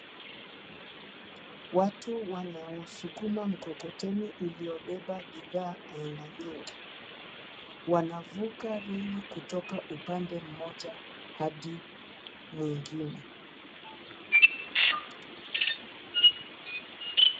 Watu wanao wausukuma mkokoteni ulio beba bidhaa aina nyingi. Wanavuka reli kutoka upande mmoja hadi mwingine.